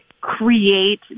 create